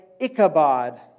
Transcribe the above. Ichabod